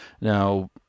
Now